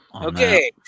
Okay